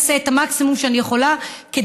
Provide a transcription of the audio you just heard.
אני אעשה את המקסימום שאני יכולה כדי